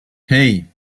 hei